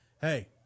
Hey